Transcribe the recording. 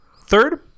third